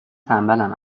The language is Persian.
تنبلم